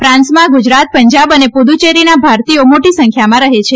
ફાન્સમાં ગુજરાત પંજાબ અને પુદુચેરીના ભારતીયો મોટી સંખ્યામાં રહે છે